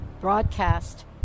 broadcast